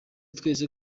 twese